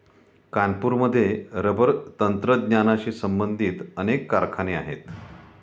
कानपूरमध्ये रबर तंत्रज्ञानाशी संबंधित अनेक कारखाने आहेत